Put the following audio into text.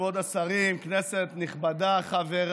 כמובן שהילד יצא זכאי.